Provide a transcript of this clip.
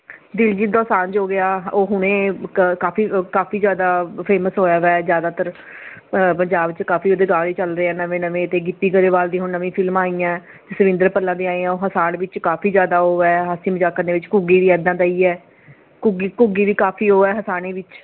ਦਿਲਜੀਤ ਦੋਸਾਂਝ ਹੋ ਗਿਆ ਉਹ ਹੁਣੇ ਕ ਕਾਫੀ ਕਾਫੀ ਜ਼ਿਆਦਾ ਫੇਮਸ ਹੋਇਆ ਵਿਆ ਏ ਜ਼ਿਆਦਾਤਰ ਪੰਜਾਬ 'ਚ ਕਾਫੀ ਉਹਦੇ ਗਾਣੇ ਚੱਲਦੇ ਆ ਨਵੇਂ ਨਵੇਂ ਅਤੇ ਗਿੱਪੀ ਗਰੇਵਾਲ ਦੀ ਹੁਣ ਨਵੀਂ ਫਿਲਮਾਂ ਆਈਆਂ ਜਸਵਿੰਦਰ ਭੱਲਾ ਦੀਆਂ ਆਈਆਂ ਉਹ ਹਸਾੜ ਵਿੱਚ ਕਾਫੀ ਜ਼ਿਆਦਾ ਉਹ ਹੈ ਹਸੀ ਮਜ਼ਾਕ ਕਰਨੇ ਵਿੱਚ ਘੁੱਗੀ ਵੀ ਇੱਦਾਂ ਦਾ ਹੀ ਹੈ ਘੁੱਗੀ ਘੁੱਗੀ ਵੀ ਕਾਫੀ ਉਹ ਹੈ ਹਸਾਣੇ ਵਿੱਚ